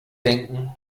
denken